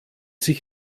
sich